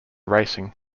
racing